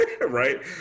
right